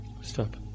Stop